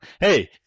Hey